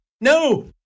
No